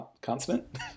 consonant